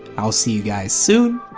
i'll see you guys soon,